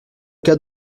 cas